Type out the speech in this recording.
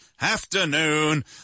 afternoon